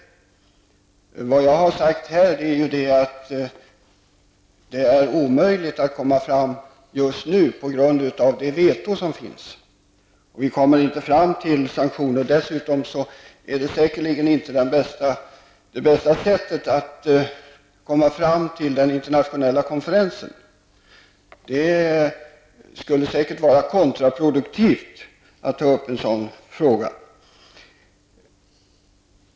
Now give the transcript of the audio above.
Vad jag har sagt här är att det just nu är omöjligt att åstadkomma sanktioner på grund av den vetorätt som finns. Dessutom är det säkerligen inte det bästa sättet att åstadkomma en internationell konferens. Det skulle säkert vara kontraproduktivt att ta upp en sådan fråga.